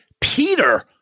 Peter